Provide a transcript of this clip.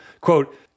Quote